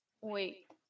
wait